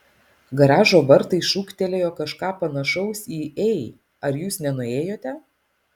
garažo vartai šūktelėjo kažką panašaus į ei ar jūs nenuėjote